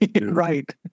Right